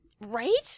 Right